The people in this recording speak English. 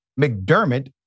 McDermott